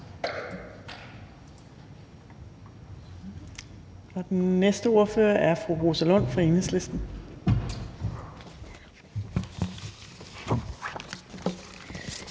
Den næste ordfører er fru Rosa Lund, Enhedslisten.